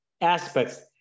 aspects